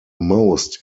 most